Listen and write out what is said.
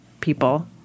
people